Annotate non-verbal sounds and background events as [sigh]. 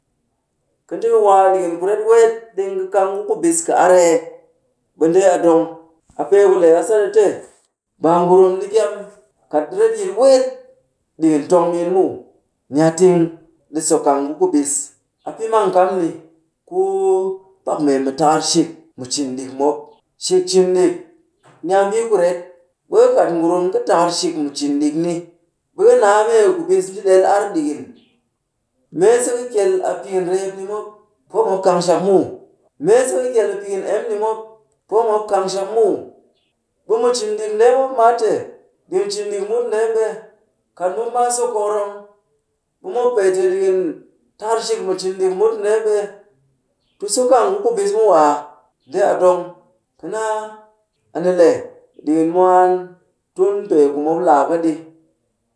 Ka nji ka waa a ɗikin kuret weet deng ka kang ku kubis kɨ ar ee? Ɓe ndee a dong. A pee ku le a sat a te, [noise] baa ngurum ɗi kyam kat retyit weet ɗikin tong miin muw. Ni a ting ɗi so kang ku kbis. A pɨ mang kam ni ku pak mee mu takarshik mu cin ɗik mop. Shik cin ɗik, ni a mbii ku ret. Ɓe ka kat ngurum kɨ takar shik mu cin ɗik ni. Ɓe ka naa mee kubis nji ɗel ar ɗikin. Mee se ka kyel a pikin reep ni mop, poo mop kang shak muw. Mee se ka kyel a pikin em ni mop, poo mop kang shak muw. Ɓe mu cin ɗik ndee mop mbaa te ɗikin cin ɗik mut ndee ɓe, kat mop mbaa so kokorong, ɓe mop pee te dikin takarshik mu cin ɗik mut ndee ɓe tu so kang ku kubis muww aa? Ndee a dong. Ka naa, a ni le ɗikin mwaaan, tun pee ku mop laa ka ɗi.